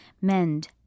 Mend